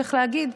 צריך להגיד,